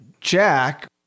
Jack